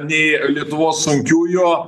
nei lietuvos sunkiųjų